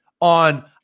on